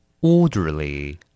Orderly